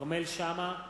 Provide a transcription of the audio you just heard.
כרמל שאמה,